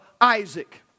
Isaac